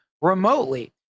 remotely